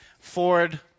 Ford